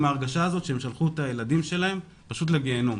ההרגשה הזאת שהם שלחו את הילדים שלהם פשוט לגיהינום.